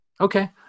okay